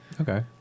Okay